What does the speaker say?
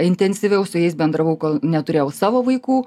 intensyviau su jais bendravau kol neturėjau savo vaikų